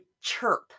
chirp